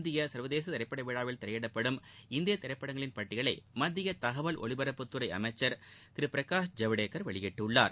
இந்திய சர்வதேச திரைப்பட விழாவில் திரையிடப்படும் இந்திய திரைப்படங்களின் பட்டியலை தகவல் ஒலிபரப்புத்துறை அமைச்சர் திரு பிரகாஷ் ஜவடேக்கர் வெளியிட்டுள்ளார்